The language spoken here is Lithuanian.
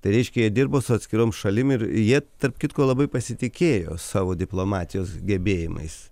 tai reiškia jie dirbo su atskiroms šalim ir jie tarp kitko labai pasitikėjo savo diplomatijos gebėjimais